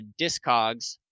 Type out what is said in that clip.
Discogs